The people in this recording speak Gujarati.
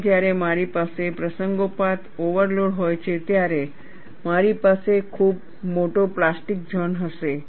અને જ્યારે મારી પાસે પ્રસંગોપાત ઓવરલોડ હોય છે ત્યારે મારી પાસે ખૂબ મોટો પ્લાસ્ટિક ઝોન હશે